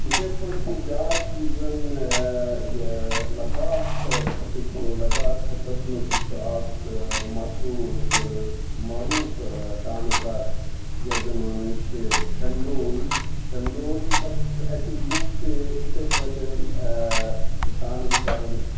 یِتھَے پٲٹھۍ چھُ بیٛاکھ یُس زَن یہِ لَداخ خطہٕ چھُ لَداخ خٕطَس منٛز تہِ چھُ اَکھ مشہوٗر تہٕ معروٗف ڈانٕس اَکھ یَتھ زَن وَنان چھِ شَنڈول شَنڈولَس اَتِکۍ لُکھ چھِ یِتھَے پٲتھٮ۪ن ڈانٕس کَران